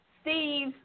Steve